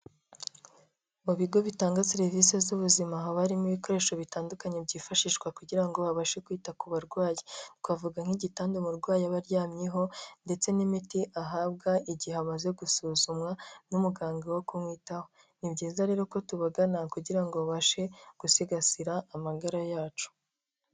Mu bigo bitanga serivisi z'ubuzima, haba harimo ibikoresho bitandukanye byifashishwa kugira ngo babashe kwita ku barwayi, twavuga nk'igitanda umurwayi aba aryamyeho ndetse n'imiti ahabwa igihe amaze gusuzumwa n'umuganga wo kumwitaho, ni byiza rero ko tubagana kugira ngo babashe gusigasira amagara yacu.